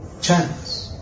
chance